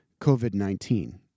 COVID-19